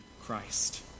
Christ